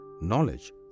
knowledge